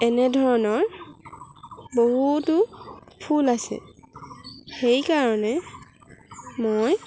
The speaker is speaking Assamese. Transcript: এনে ধৰণৰ বহুতো ফুল আছে সেই কাৰণে মই